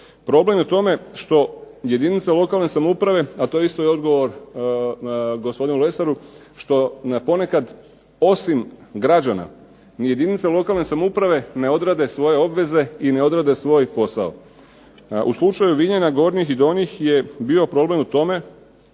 Problem je u tome što jedinice lokalne samouprave, a to je isto i odgovor gospodinu Lesar, što ponekad osim građana ni jedinice lokalne samouprave ne odrade svoje obveze i ne odrade svoj posao. U slučaju Vinjana Gornjih i Donjih je bio problem u tome